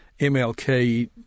MLK